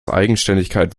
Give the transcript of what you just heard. eigenständigkeit